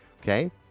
Okay